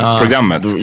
programmet